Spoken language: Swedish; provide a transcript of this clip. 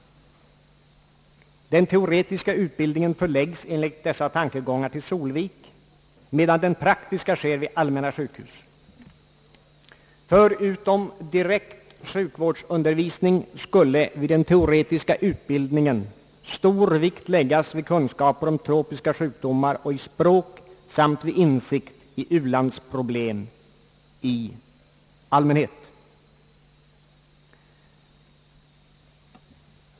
Den teoretiska utbildningen förlägges enligt dessa tankegångar till Solvik, medan den praktiska sker vid allmänna sjukhus. Förutom direkt sjukvårdsundervisning skulle i den teoretiska utbildningen stor vikt läggas vid kunskaper om tropiska sjukdomar och i språk samt vid insikt i u-landsproblem i allmänhet.